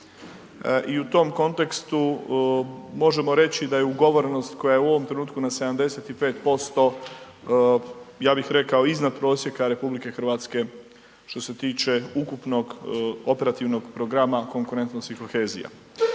i u tom kontekstu možemo reći da je ugovorenost koja je u ovom trenutku na 75%, ja bih rekao, iznad prosjeka RH što se tiče ukupnog operativnog programa konkurentnosti i kohezija.